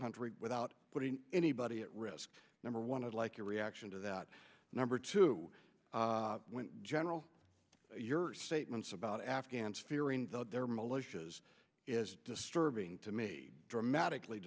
country without putting anybody at risk number one i'd like your reaction to that number two general your statements about afghans fearing though their militias is disturbing to me dramatically